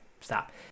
stop